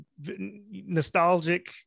nostalgic